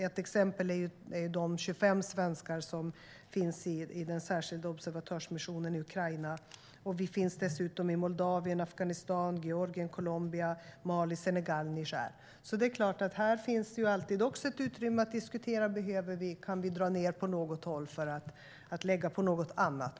Ett exempel är de 25 svenskar som finns i den särskilda observatörsmissionen i Ukraina. Vi finns dessutom i Moldavien, Afghanistan, Georgien, Colombia, Mali, Senegal och Niger. Här finns det såklart alltid utrymme att diskutera om vi behöver dra ned på något håll för att lägga resurser på något annat.